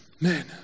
Man